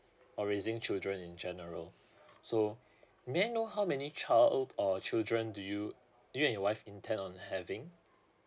or raising children in general so may I know how many child or children do you you and your wife intend on having